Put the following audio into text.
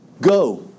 Go